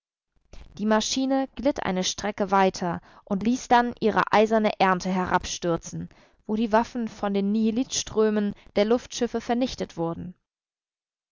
die maschine glitt eine strecke weiter und ließ dann ihre eiserne ernte herabstürzen wo die waffen von den nihilitströmen der luftschiffe vernichtet wurden